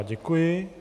Děkuji.